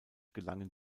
gelangen